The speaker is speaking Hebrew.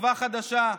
ותקווה חדשה,